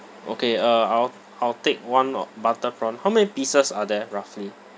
okay uh I'll I'll take one butter prawn how many pieces are there roughly